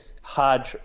hard